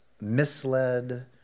Misled